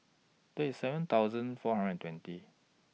thirty seven thousand four hundred twenty